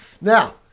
Now